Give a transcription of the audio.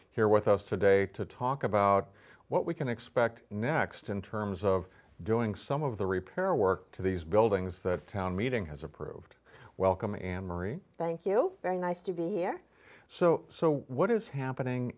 here with us today to talk about what we can expect next in terms of doing some of the repair work to these buildings that town meeting has approved welcome annemarie thank you very nice to be here so so what is